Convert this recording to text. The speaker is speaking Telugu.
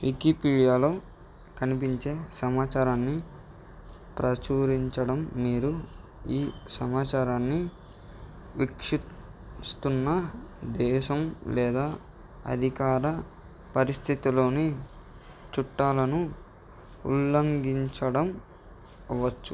వికీపీడియాలో కనిపించే సమాచారాన్ని ప్రచురించడం మీరు ఈ సమాచారాన్ని వీక్షిస్తున్న దేశం లేదా అధికార పరిధిలోని చట్టాలను ఉల్లంఘించడం అవ్వవచ్చు